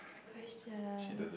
question